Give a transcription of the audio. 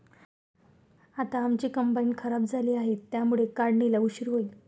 आता आमची कंबाइन खराब झाली आहे, त्यामुळे काढणीला उशीर होईल